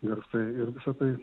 garsai ir visa tai